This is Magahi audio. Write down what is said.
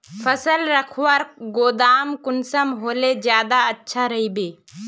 फसल रखवार गोदाम कुंसम होले ज्यादा अच्छा रहिबे?